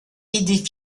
aidé